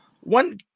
one